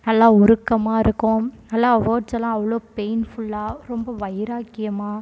நல்லா உருக்கமாக இருக்கும் நல்லா வோர்ட்ஸ் எல்லாம் அவ்வளோ பெயின்ஃபுல்லாக ரொம்ப வைராக்கியமாக